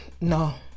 no